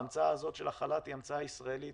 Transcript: ההמצאה הזאת של החל"ת היא המצאה ישראלית,